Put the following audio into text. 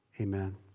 amen